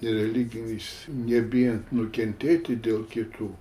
ir religinis nebijant nukentėti dėl kitų